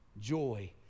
joy